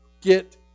get